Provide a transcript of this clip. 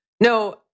no